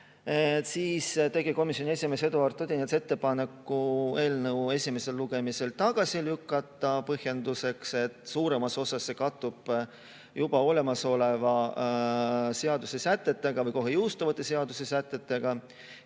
Siis tegi komisjoni esimees Eduard Odinets ettepaneku eelnõu esimesel lugemisel tagasi lükata. Põhjendus oli, et suuremas osas see kattub juba olemasoleva seaduse sätetega või kohe jõustuvate uute sätetega.